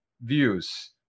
views